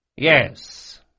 Yes